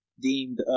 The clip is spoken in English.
deemed